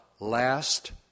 last